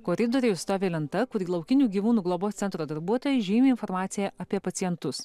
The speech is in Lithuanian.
koridoriuj stovi lenta kur laukinių gyvūnų globos centro darbuotojai žymi informaciją apie pacientus